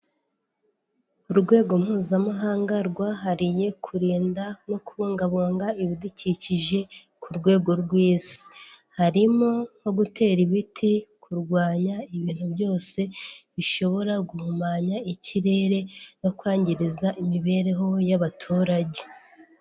Urwego mpuzamahanga rwahaririye kurinda no kubungabunga ibidukikije ku rwego rw'isi, harimo nko gutera ibiti, kurwanya ibintu byose bishobora guhumanya ikirere no kwangiza imibereho y'abaturage.